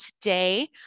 today